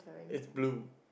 is blue